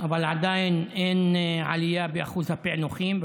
אבל עדיין אין עלייה באחוז הפענוחים,